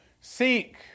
Seek